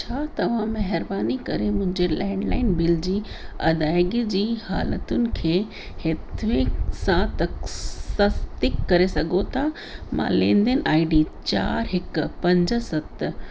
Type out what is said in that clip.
छा तव्हां महिरबानी करे मुंहिंजे लेंडलाइन बिल जी अदाइगी जी हालतुनि खे हिथिविक सां तखिस सस्तिक करे सघो था मां लेनदेन आई डी चार हिकु पंज सत